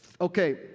okay